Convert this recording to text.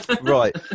right